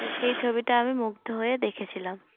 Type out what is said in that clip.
তো সেই ছবিটা আমি মুগ্ধ হয়ে দেখেছিলাম